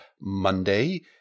Monday